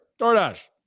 DoorDash